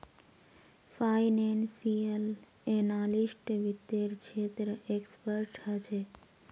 financial analyst वित्त्तेर क्षेत्रत expert ह छे